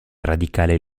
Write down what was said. radicale